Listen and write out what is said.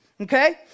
okay